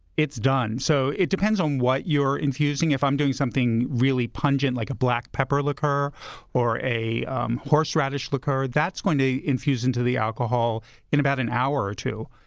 it's done so it depends on what you're infusing. if i'm doing something really pungent, like a black pepper liqueur or a horseradish liqueur, that's going to infuse into the alcohol in about an hour or two.